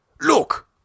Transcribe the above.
Look